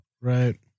Right